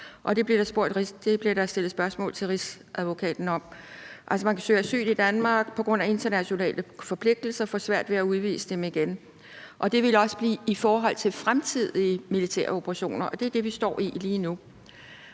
Det blev der stillet spørgsmål til Rigsadvokaten om, altså det her med, at man kan søge asyl i Danmark på grund af internationale forpligtelser, og at så kan vi få svært ved at udvise dem igen. Sådan vil det også være i forhold til fremtidige militære operationer, og det er den situation, vi står i lige nu.